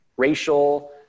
racial